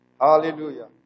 Hallelujah